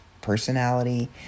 personality